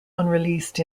unreleased